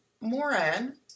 Moran